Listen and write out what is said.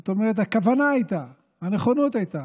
זאת אומרת, הכוונה הייתה, הנכונות הייתה,